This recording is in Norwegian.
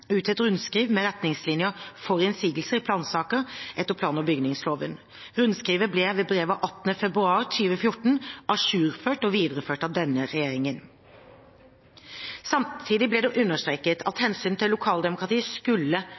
ut et rundskriv med retningslinjer for innsigelse i plansaker etter plan- og bygningsloven. Rundskrivet ble ved brev av 18. februar 2014 ajourført og videreført av denne regjeringen. Samtidig ble det understreket at hensynet til lokaldemokratiet skulle